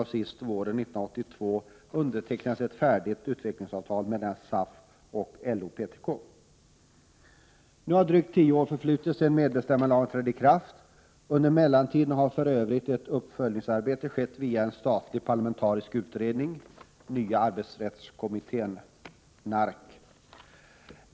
Sist, våren 1982, undertecknades ett färdigt utvecklingsavtal mellan SAF och LO/PTK. Nu har drygt tio år förflutit sedan medbestämmandelagen trädde i kraft. Under mellantiden har för övrigt ett uppföljningsarbete skett via en statlig parlamentarisk utredning, nya arbetsrättskommittén .